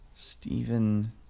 Stephen